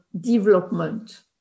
development